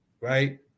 right